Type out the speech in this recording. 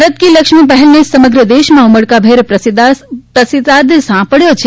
ભારત કી લક્ષ્મી પહેલને સમગ્ર દેશમાં ઉમળકાભેર પ્રતિસાદ સાંપડયો છે